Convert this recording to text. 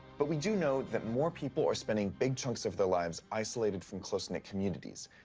but we do know that more people are spending big chunks of their lives isolated from close-knit communities.